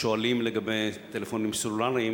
השואלים לגבי טלפונים סלולריים.